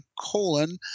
colon